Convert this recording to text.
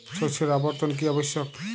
শস্যের আবর্তন কী আবশ্যক?